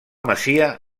masia